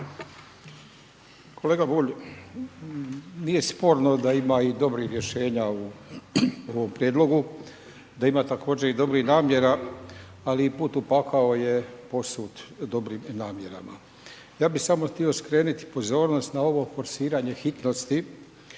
Kolega Bulj, nije sporno da ima i dobrih rješenja u ovom prijedlogu, da ima također i dobrih namjera. Ali i put u pakao je posut dobrim namjerama. Ja bih samo htio skrenuti pozornost na ovo forsiranje hitnosti